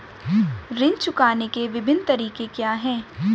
ऋण चुकाने के विभिन्न तरीके क्या हैं?